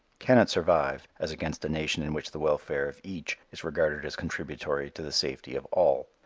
cannot survive as against a nation in which the welfare of each is regarded as contributory to the safety of all.